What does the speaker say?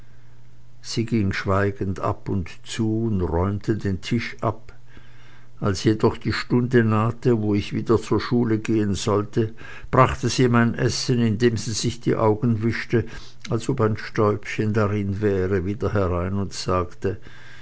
sie ging schweigend ab und zu und räumte den tisch ab als jedoch die stunde nahte wo ich wieder zur schule gehen sollte brachte sie mein essen indem sie sich die augen wischte als ob ein stäubchen darin wäre wieder herein und sagte